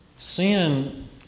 Sin